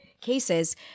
cases